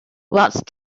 whilst